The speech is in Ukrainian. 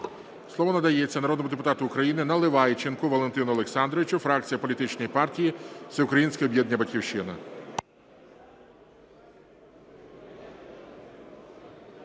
Слово надається народному депутату України Наливайченку Валентину Олександровичу, фракція політичної партії Всеукраїнське об'єднання "Батьківщина".